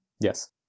Yes